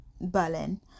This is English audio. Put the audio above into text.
Berlin